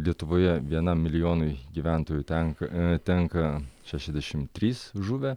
lietuvoje vienam milijonui gyventojų tenka tenka šešiasdešimt trys žuvę